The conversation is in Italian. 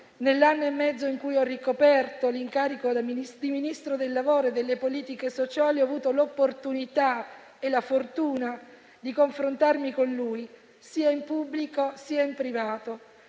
nell'anno e mezzo in cui ho ricoperto l'incarico di Ministro del lavoro e delle politiche sociali, ho avuto l'opportunità e la fortuna di confrontarmi con lui sia in pubblico, sia in privato.